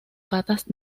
patas